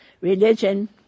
Religion